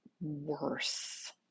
worse